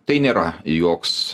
tai nėra joks